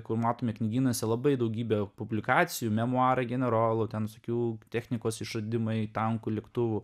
kur matome knygynuose labai daugybę publikacijų memuarai generolų ten visokių technikos išradimai tankų lėktuvų